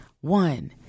One